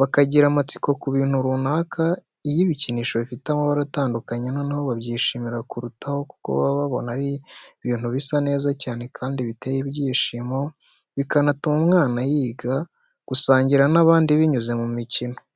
bakagira amatsiko ku bintu runaka, iyo ibikinisho bifite amabara atandukanye noneho babyishimira kurutaho kuko baba babona ari ibintu bisa neza cyane kandi biteye ibyishimo bikanatuma umwana yiga gusangira n'abandi binyuze mu mikino.